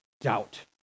doubt